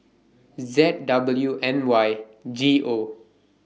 Z W N Y G O